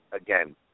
again